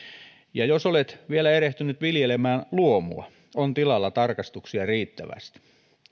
ja jos olet vielä erehtynyt viljelemään luomua on tilalla tarkastuksia riittävästi